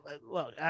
look